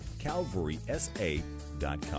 calvarysa.com